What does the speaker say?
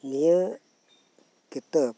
ᱱᱤᱭᱟᱹ ᱠᱤᱛᱟᱹᱵᱽ